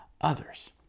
others